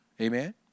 Amen